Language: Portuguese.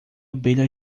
abelha